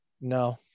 No